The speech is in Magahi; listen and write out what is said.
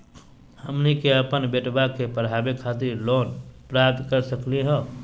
हमनी के अपन बेटवा क पढावे खातिर लोन प्राप्त कर सकली का हो?